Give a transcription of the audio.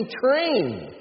trained